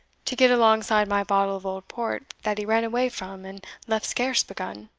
to get alongside my bottle of old port that he ran away from, and left scarce begun.